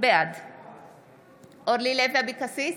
אינו נוכח אורלי לוי אבקסיס,